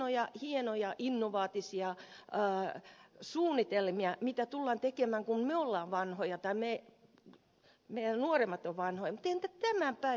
on hienoja hienoja innovatiivisia suunnitelmia siitä mitä tullaan tekemään kun me olemme vanhoja tai meitä nuoremmat ovat vanhoja mutta entä tämän päivän vanhus